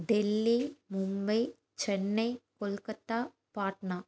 Delhi Mumbai Chennai Kolkata Patna